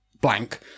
blank